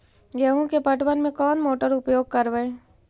गेंहू के पटवन में कौन मोटर उपयोग करवय?